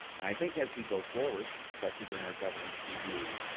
and i think as we go forward, especially during our governance review,